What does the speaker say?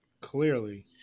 Clearly